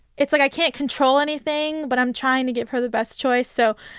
it's like i can't control anything, but i'm trying to give her the best choice so,